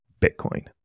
Bitcoin